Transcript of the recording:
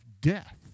death